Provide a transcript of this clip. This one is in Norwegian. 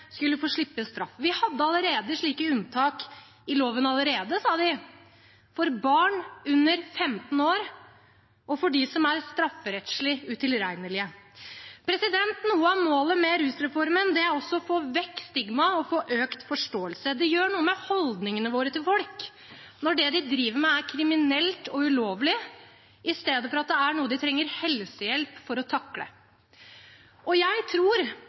skulle få slippe straff. Vi har slike unntak i loven allerede, sa de – for barn under 15 år og for dem som er strafferettslig utilregnelige. Noe av målet med rusreformen er også å få vekk stigmaet og få økt forståelse. Det gjør noe med holdningene våre til folk når det de driver med, er kriminelt og ulovlig, i stedet for at det er noe de trenger helsehjelp for å takle. Jeg tror